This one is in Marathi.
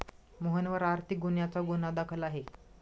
मोहनवर आर्थिक गुन्ह्याचा गुन्हा दाखल आहे